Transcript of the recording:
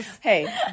Hey